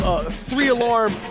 three-alarm